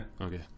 Okay